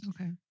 Okay